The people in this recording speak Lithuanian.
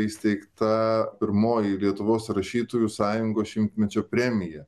įsteigta pirmoji lietuvos rašytojų sąjungos šimtmečio premija